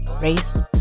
race